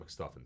McStuffins